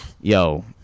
yo